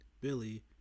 Billy